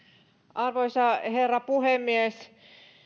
arvoisa herra puhemies